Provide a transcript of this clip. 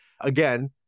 again